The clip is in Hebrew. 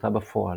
התרחשותה בפועל.